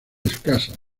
escasas